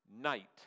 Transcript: night